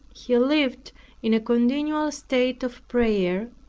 he lived in a continual state of prayer,